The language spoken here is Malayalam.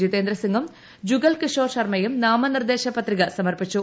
ജിതേന്ദ്ര സിംഗും ജുഗൽ കിഷോർ ശർമ്മയും നാമനിർദ്ദേശ പത്രിക സമർപ്പിച്ചു